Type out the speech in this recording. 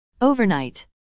Overnight